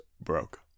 broke